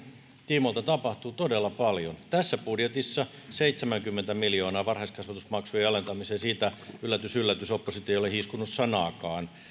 tiimoilta tapahtuu todella paljon tässä budjetissa on seitsemänkymmentä miljoonaa varhaiskasvatusmaksujen alentamiseen siitä yllätys yllätys oppositio ei ole hiiskunut sanaakaan